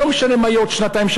לא משנה מה יהיה עוד שנתיים-שלוש,